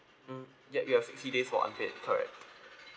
mm yup you have sixty days for unpaid correct